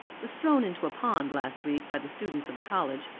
was thrown into a pond last week by the students of the college,